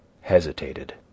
hesitated